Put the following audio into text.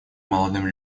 молодым